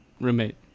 roommate